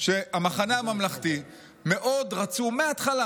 שהמחנה הממלכתי מאוד רצו מההתחלה,